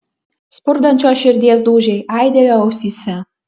spurdančios širdies dūžiai aidėjo ausyse